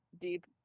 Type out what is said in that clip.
deep